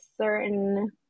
certain